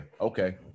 okay